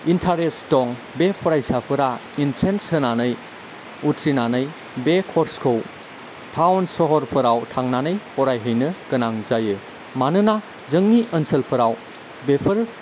interest दं बे फरायसाफोरा एन्ट्रेन्स होनानै उथ्रिनानै बे कर्सखौ टाउन सहरफोराव थांनानै फरायहैनो गोनां जायो मानोना जोंनि ओनसोलफोराव बेफोर